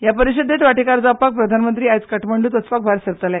हे परिशदेक वांटेकार जावपाक प्रधानमंत्री आयज काठमांडूंत वचपाक भायर सरतले